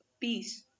peace